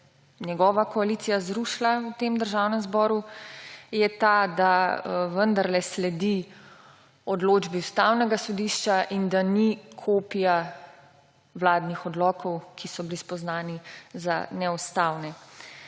njegova koalicija zrušila v tem državnem zboru, je ta, da vendarle sledi odločbi Ustavnega sodišča in da ni kopija vladnih odlokov, ki so bili spoznani za neustavne.